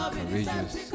courageous